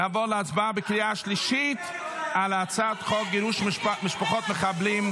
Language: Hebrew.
נעבור להצבעה בקריאה שלישית על הצעת חוק גירוש משפחות מחבלים,